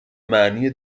معنی